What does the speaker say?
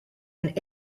and